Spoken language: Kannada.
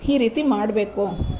ಈ ರೀತಿ ಮಾಡಬೇಕು